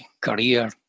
career